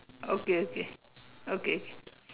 okay okay okay